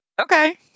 Okay